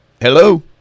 Hello